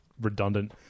redundant